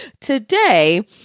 today